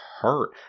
hurt